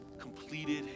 completed